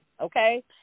okay